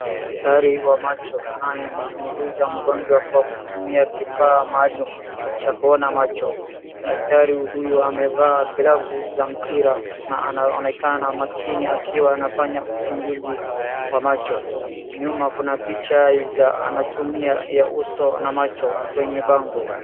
Daktari wa macho anayemchunguza mgonjwa kwa kutumia kifaa maalum cha kuona macho. Daktari huyo amevaa glovu za mpira na anaonekana makini akiwa anafanya uchunguzi wa macho. Nyuma kuna picha za anatumia ya uso na macho kwenye bango.